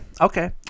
Okay